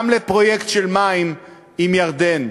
גם לפרויקט של מים עם ירדן,